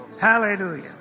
Hallelujah